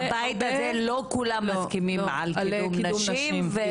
בבית הזה לא כולם מסכימים על קידום נשים -- בדיוק.